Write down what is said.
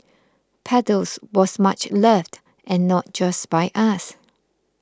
paddles was much loved and not just by us